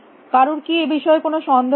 কারুর কী এ বিষয়ে কোনো সন্দেহ আছে